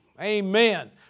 Amen